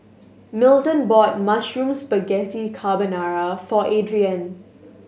Milton bought Mushroom Spaghetti Carbonara for Adriene